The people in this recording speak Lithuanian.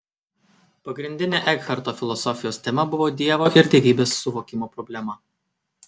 pagrindinė ekharto filosofijos tema buvo dievo ir dievybės suvokimo problema